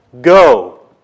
go